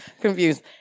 Confused